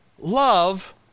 love